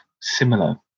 similar